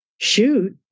shoot